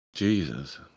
Jesus